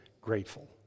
grateful